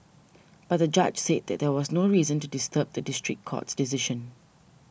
but the judge said that there was no reason to disturb the district court's decision